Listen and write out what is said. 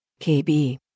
KB